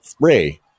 Ray